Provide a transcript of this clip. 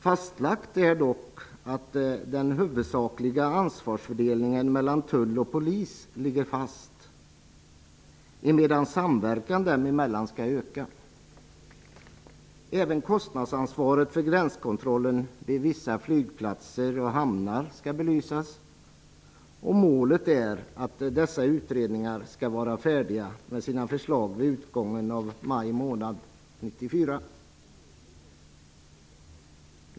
Fastlagt är dock att den huvudsakliga ansvarsfördelningen mellan tull och polis ligger fast, emedan samverkan dem emellan skall ökas. Även kostnadsansvaret för gränskontrollen vid vissa flygplatser och hamnar skall belysas. Målet är att dessa utredningar skall vara färdiga med sina förslag vid utgången av maj månad 1994.